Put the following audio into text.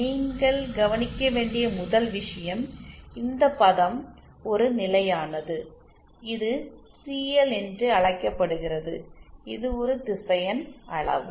நீங்கள் கவனிக்க வேண்டிய முதல் விஷயம் இந்த பதம் ஒரு நிலையானது இது சிஎல் என்று அழைக்கப்படுகிறது இது ஒரு திசையன் அளவு